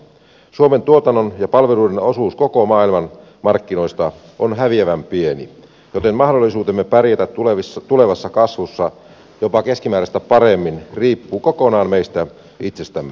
suomen tuotannon ja palveluiden osuus koko maailman markkinoista on häviävän pieni joten mahdollisuutemme pärjätä tulevassa kasvussa jopa keskimääräistä paremmin riippuu kokonaan meistä itsestämme